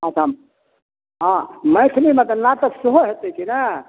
अच्छा हँ मैथिलीमे तऽ नाटक सेहो हेतै कि ने